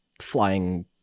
flying